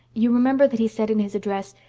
you remember that he said in his address,